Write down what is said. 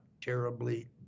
terribly